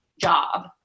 job